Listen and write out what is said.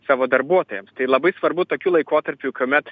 savo darbuotojams tai labai svarbu tokiu laikotarpiu kuomet